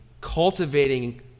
cultivating